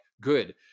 good